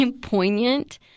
poignant